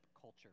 culture